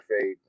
fade